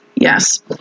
Yes